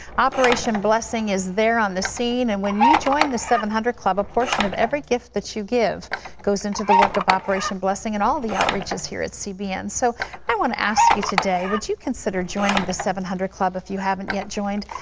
operation blessing is there on the scene. and when you join the seven hundred club, a portion of every gift you give goes into the work of operation blessing and all the outreaches here at cbn. so i want to ask you today, would you consider joining the seven hundred club if you haven't yet joined?